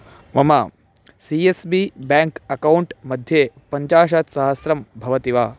मम C S B bank account मध्ये पञ्चाशत्सहस्रं भवति वा